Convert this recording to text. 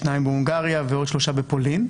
שניים בהונגריה ועוד שלושה בפולין.